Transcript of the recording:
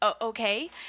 okay